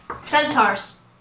Centaurs